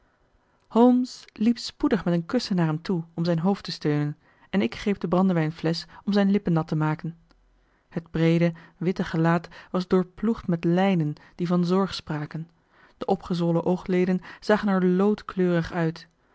holmes liep spoedig met een kussen naar hem toe om zijn hoofd te steunen en ik greep de brandewijnflesch om zijn lippen nat te maken het breede witte gelaat was doorploegd met lijnen die van zorg spraken de opgezwollen oogleden zagen er loodkleurig uit